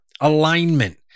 alignment